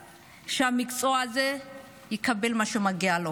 שהמקצוע הזה יקבל מה שמגיע לו.